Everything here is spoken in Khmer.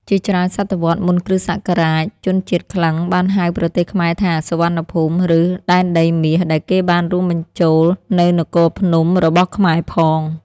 ជាច្រើនសតវត្សរ៍មុនគ្រិស្តសករាជជនជាតិក្លិង្គ បានហៅ ប្រទេសខ្មែរថា សុវណ្ណភូមិ ឬ ដែនដីមាស ដែលគេបានរួមបញ្ចូលនូវនគរភ្នំ របស់ខ្មែរផង។